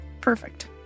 Perfect